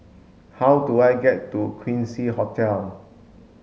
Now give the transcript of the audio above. how do I get to Quincy Hotel